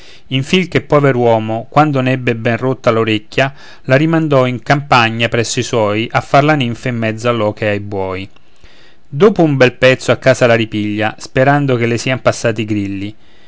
infin che il pover'uomo quando n'ebbe ben ben rotta l'orecchia la rimandò in campagna presso i suoi a far la ninfa in mezzo all'oche e ai buoi dopo un bel pezzo a casa la ripiglia sperando che le sian passati i grilli